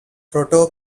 proto